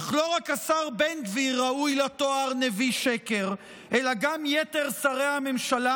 אך לא רק השר בן גביר ראוי לתואר נביאי שקר אלא גם יתר שרי הממשלה,